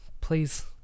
Please